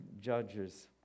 judges